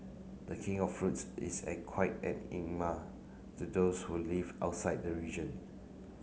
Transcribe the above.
the King of Fruits is a quite enigma to those who live outside the region